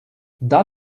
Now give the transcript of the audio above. does